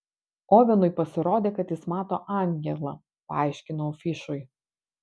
ovenui pasirodė kad jis mato angelą paaiškinau fišui